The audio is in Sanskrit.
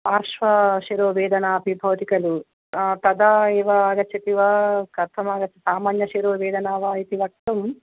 पार्श्वशिरोवेदना अपि भवति कलु तदा एव आगच्छति वा कथं सामान्यशिरोवेदना वा इति वक्तुम्